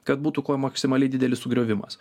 kad būtų kuo maksimaliai didelis sugriovimas